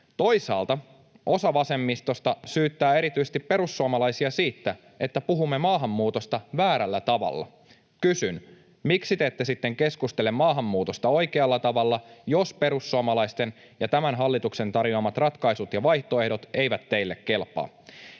Toisaalta osa vasemmistosta syyttää erityisesti perussuomalaisia siitä, että puhumme maahanmuutosta väärällä tavalla. Kysyn: miksi te ette sitten keskustele maahanmuutosta oikealla tavalla, jos perussuomalaisten ja tämän hallituksen tarjoamat ratkaisut ja vaihtoehdot eivät teille kelpaa?